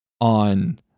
on